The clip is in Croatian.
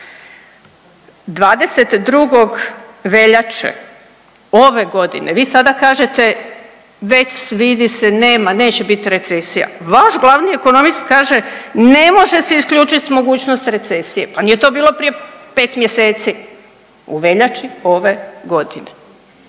22. veljače ove godine, vi sada kažete, već vidi se, nema, neće biti recesija. Vaš glavni ekonomist kaže, ne može se isključiti mogućnost recesije. Pa nije to bilo prije 5 mjeseci. U veljači ove godine.